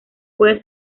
puede